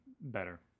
better